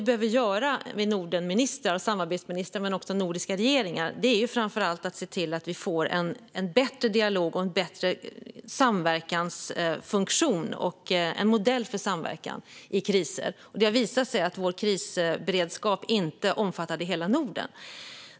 Det som vi Nordenministrar och samarbetsministrar men också de nordiska regeringarna behöver göra är framför allt att se till att vi får en bättre dialog, en bättre samverkansfunktion och en modell för samverkan i kriser. Det har visat sig att vår krisberedskap inte omfattade hela Norden.